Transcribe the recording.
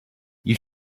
you